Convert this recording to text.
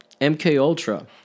MKULTRA